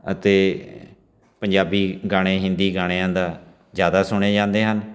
ਅਤੇ ਪੰਜਾਬੀ ਗਾਣੇ ਹਿੰਦੀ ਗਾਣਿਆਂ ਦਾ ਜ਼ਿਆਦਾ ਸੁਣੇ ਜਾਂਦੇ ਹਨ